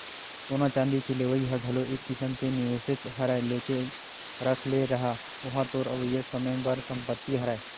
सोना चांदी के लेवई ह घलो एक किसम के निवेसेच हरय लेके रख ले रहा ओहा तोर अवइया समे बर संपत्तिच हरय